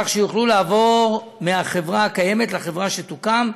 כך שיוכלו לעבור מהחברה הקיימת לחברה שתוקם,